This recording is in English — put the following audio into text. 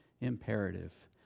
imperative